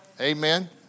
Amen